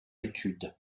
étude